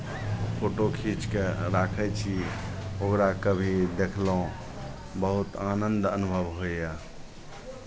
photo खीच कऽ राखै छी ओकरा कभी देखलहुँ बहुत आनन्द अनुभव होइए